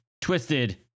twisted